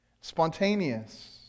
spontaneous